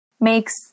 makes